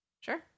Sure